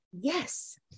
Yes